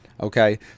okay